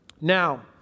Now